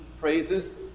praises